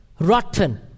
rotten